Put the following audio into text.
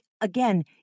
again